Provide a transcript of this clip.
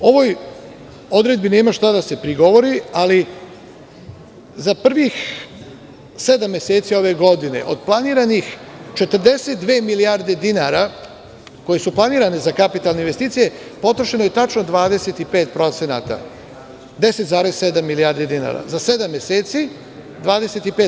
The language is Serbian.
Ovoj odredbi nema šta da se prigovori, ali za prvih sedam meseci ove godine od planiranih 42 milijarde dinara koje su planirane za kapitalne investicije potrošeno je tačno 25%, 10,7 milijardi dinara za sedam meseci 25%